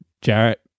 Jarrett